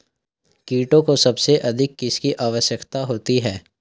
कीटों को सबसे अधिक किसकी आवश्यकता होती है?